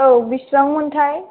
औ बिसिबांमोनथाय